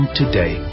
today